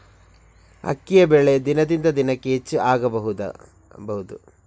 ಅಕ್ಕಿಯ ಬೆಲೆ ದಿನದಿಂದ ದಿನಕೆ ಹೆಚ್ಚು ಆಗಬಹುದು?